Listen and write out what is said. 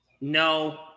No